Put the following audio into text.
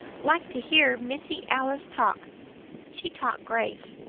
like to hear missy alice talk she talk grave.